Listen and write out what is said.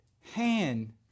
hand